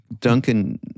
Duncan